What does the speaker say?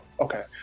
okay